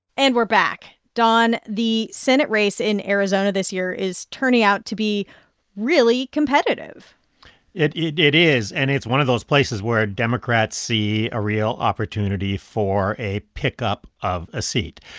and we're back. don, the senate race in arizona this year is turning out to be really competitive it it is, and it's one of those places where democrats see a real opportunity for a pickup of a seat.